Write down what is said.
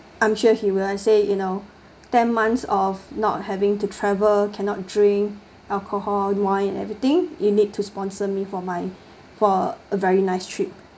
I'm sure he will and say you know ten months of not having to travel cannot drink alcohol wine and everything you need to sponsor me for my for a very nice trip